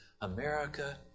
America